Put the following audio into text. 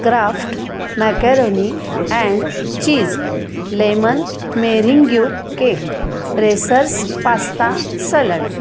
kraft macaroni and cheese lemon meringue cake racers pasta salad